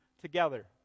together